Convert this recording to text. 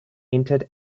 entered